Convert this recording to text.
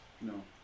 No